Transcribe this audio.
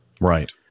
Right